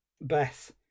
Beth